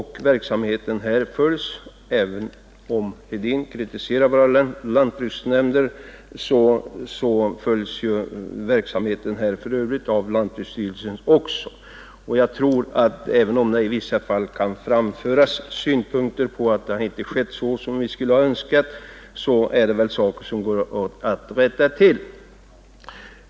Herr Hedin kritiserar våra lantbruksnämnder, men den här verksamheten följs av lantbruksstyrelsen också, och jag tror att även om det i vissa fall kan framföras synpunkter på att verksamheten inte bedrivits så som vi skulle ha önskat så är det väl saker som i så fall går att rätta till.